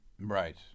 Right